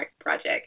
project